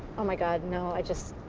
oh, my god, no. i just.